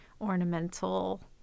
ornamental